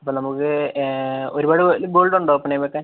അപ്പോൾ നമുക്ക് ഒരുപാട് ഗോൾഡുണ്ടോ പണയം വെക്കാൻ